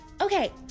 Okay